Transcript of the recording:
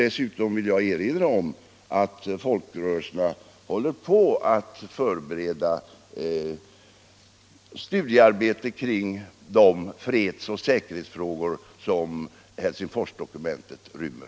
Dessutom vill jag erinra om att folkrörelserna håller på att förbereda studiearbete kring de freds och säkerhetsfrågor som Helsingforsdokumentet rymmer.